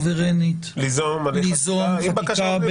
סוברנית --- ליזום הליך חקיקה עם בקשה או בלי בקשה,